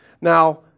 Now